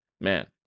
man